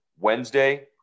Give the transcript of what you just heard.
Wednesday